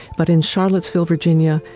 but in charlottesville, virginia,